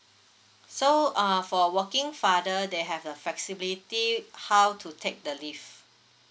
so uh for working father they have the flexibility how to take the leave